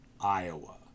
Iowa